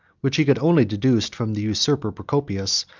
which he could only deduce from the usurper procopius,